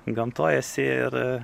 gamtoj esi ir